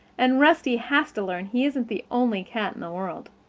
and rusty has to learn he isn't the only cat in the world.